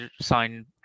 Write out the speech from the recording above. sign